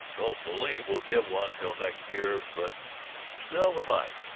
don't believe we'll get one till next year, but still we might.